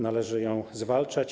Należy ją zwalczać.